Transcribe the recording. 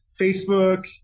Facebook